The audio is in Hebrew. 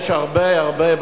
יש הרבה הרבה,